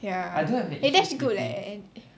ya that's good leh and